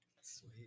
Sweet